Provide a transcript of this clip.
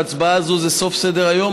ההצבעה הזאת זה סוף סדר-היום.